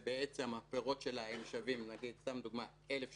והפירות שלה שווים לדוגמה 1,000 שקל,